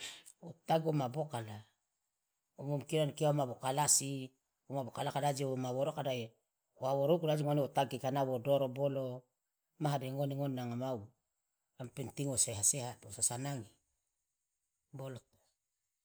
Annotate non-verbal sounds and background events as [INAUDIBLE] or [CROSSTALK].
[NOISE] wo tagi woma bokala womomikiye ankia woma bokalasi woma bokalaka de aje woma woroka de wa woeruku de aje ngone wo tagi keika na wo doro bolo maha de ngone ngone nanga mau yang penting wo sehat sehat wo so sanangi boloto.